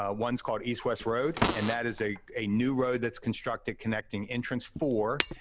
ah one's called east west road, and that is a a new road that's constructed connecting entrance four,